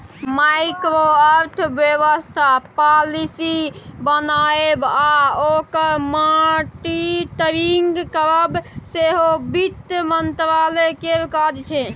micro अर्थबेबस्था policy बनाएब आ ओकर मॉनिटरिंग करब सेहो बित्त मंत्रालय केर काज छै